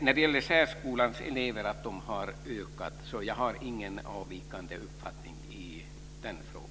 När det gäller att antalet elever i särskolan har ökat har jag ingen avvikande uppfattning.